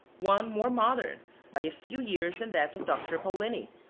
one more modern by a few years than that of dr. pauljini,